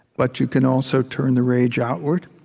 but you can also turn the rage outward.